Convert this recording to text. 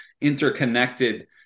interconnected